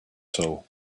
soul